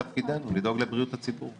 זה תפקידנו, לדאוג לבריאות הציבור.